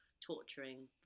torturing